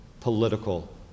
political